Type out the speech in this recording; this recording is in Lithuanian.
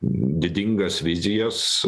didingas vizijas